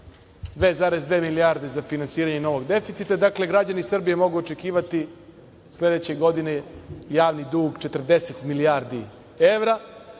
2,2 milijarde za finansiranje novog deficita. Dakle, građani Srbije mogu očekivati sledeće godine javni dug 40 milijardi evra.